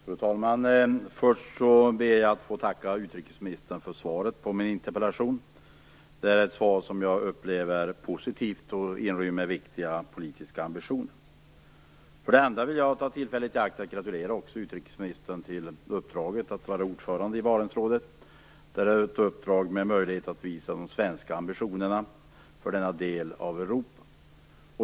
Fru talman! För det första ber jag att få tacka utrikesministern för svaret på min interpellation. Det är ett svar som jag upplever som positivt. Det inrymmer många viktiga politiska ambitioner. För det andra vill jag ta tillfället i akt att gratulera utrikesministern till uppdraget att vara ordförande i Barentsrådet. Det är ett uppdrag med möjligheter att visa de svenska ambitionerna för denna del av Europa.